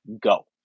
Go